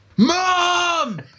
Mom